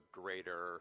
greater